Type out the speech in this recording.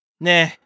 Nah